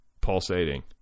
pulsating